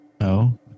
No